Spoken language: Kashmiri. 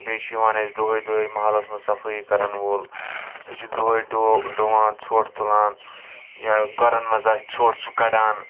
بیٚیہِ چھُ یِوان اَسہِ دۄہَے دۄہَے محلَس منٛز صفٲیِی کَرن وول سُہ چھُ دۄہَے دۄہ ڈوٗ ڈُوان ژھۄٹھ تُلان یا گَرن منٛز آسہِ ژھۄٹھ سُہ کڈان